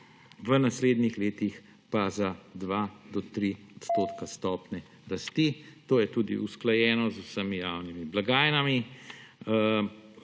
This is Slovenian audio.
v naslednjih letih pa za od 2 do 3 % stopnje rasti, to je tudi usklajeno z vsemi javnimi blagajnami.